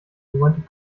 went